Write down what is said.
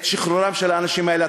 את שחרורם של האנשים האלה?